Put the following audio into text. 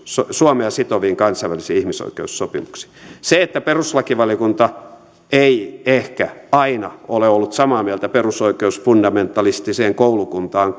suomea sitoviin kansainvälisiin ihmisoikeussopimuksiin se että perustuslakivaliokunta ei ehkä aina ole ollut samaa mieltä perusoikeusfundamentalistiseen koulukuntaan